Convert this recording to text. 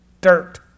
dirt